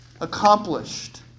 accomplished